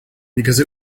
because